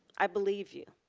i believe you.